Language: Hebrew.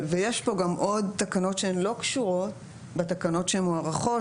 יש פה גם עוד תקנות שהן לא קשורות בתקנות שמוארכות,